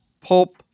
pulp